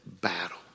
battle